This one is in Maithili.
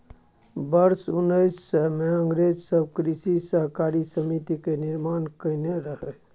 वर्ष उन्नैस सय मे अंग्रेज सब कृषि सहकारी समिति के निर्माण केने रहइ